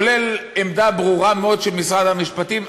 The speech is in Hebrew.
כולל עמדה ברורה מאוד של משרד המשפטים,